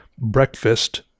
breakfast